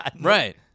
right